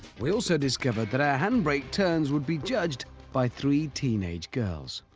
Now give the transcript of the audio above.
we also discovered that our handbrake turns would be judged by three teenage girls.